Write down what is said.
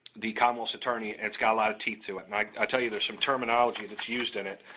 the commonwealth's attorney, and it's got a lot of teeth to it. and i i tell you, there's some terminology that's used in it,